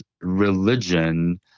religion